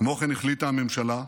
כמו כן החליטה הממשלה,